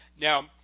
Now